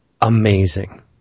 amazing